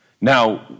Now